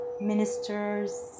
ministers